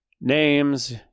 names